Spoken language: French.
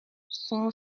son